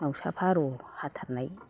दाउसा फारौ हाथारनाय